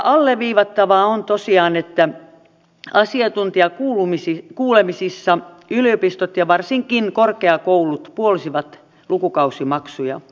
alleviivattava on tosiaan että asiantuntijakuulemisissa yliopistot ja varsinkin korkeakoulut puolsivat lukukausimaksuja